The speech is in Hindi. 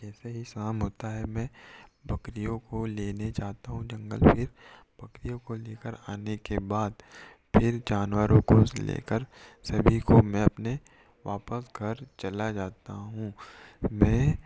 जैसे ही शाम होता है मैं बकरियों को लेने जाता हूँ जंगल फिर बकरियों को लेकर आने के बाद फिर जानवरों को लेकर सभी को मैं अपने वापस घर चला जाता हूँ मैं